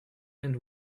and